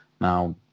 Now